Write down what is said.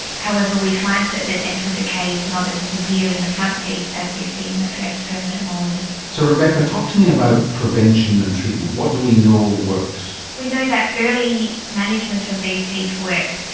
however we find that the dental decay is not as severe in the front teeth as we see in the first permanent molars. so rebecca, talk to me about prevention and treatment, what do we know works? we know that early management of these teeth works.